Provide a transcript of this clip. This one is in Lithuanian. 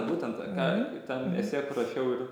būtent ką tam esė parašiau ir